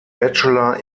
bachelor